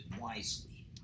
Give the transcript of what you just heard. wisely